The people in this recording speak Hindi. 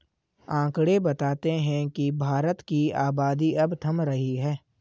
आकंड़े बताते हैं की भारत की आबादी अब थम रही है